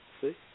See